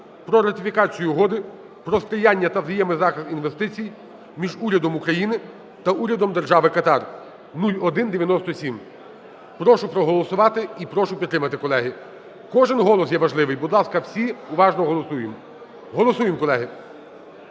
про ратифікацію Угоди про сприяння та взаємний захист інвестицій між Урядом України та Урядом Держави Катар (0197). Прошу проголосувати і прошу підтримати, колеги. Кожен голос є важливий. Будь ласка, всі уважно голосуємо. Голосуємо, колеги.